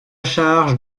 charge